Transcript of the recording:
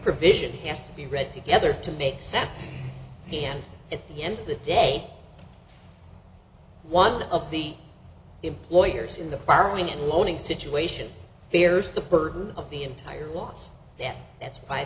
provision has to be read together to make sense and at the end of the day one of the employers in the borrowing and owning situation here's the burden of the entire loss yet that's